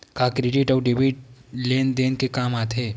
का क्रेडिट अउ डेबिट लेन देन के काम आथे?